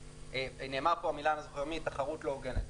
נאמרו פה המילים "תחרות לא הוגנת".